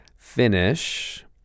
Finish